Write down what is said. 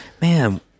man